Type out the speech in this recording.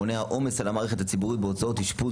מונע עומס על המערכת הציבורית בהוצאות אשפוז